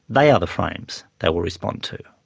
they are the frames they will respond to.